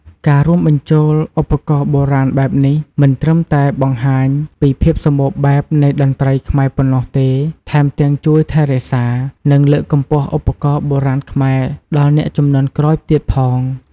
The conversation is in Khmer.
ការរួមបញ្ចូលឧបករណ៍បុរាណបែបនេះ មិនត្រឹមតែបង្ហាញពីភាពសម្បូរបែបនៃតន្ត្រីខ្មែរប៉ុណ្ណោះទេ ថែមទាំងជួយថែរក្សា និងលើកកម្ពស់ឧបករណ៍បុរាណខ្មែរដល់អ្នកជំនាន់ក្រោយទៀតផង។